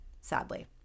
sadly